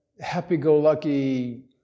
happy-go-lucky